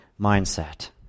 mindset